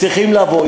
צריכים לבוא.